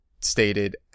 stated